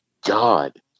god